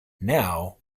now